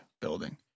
building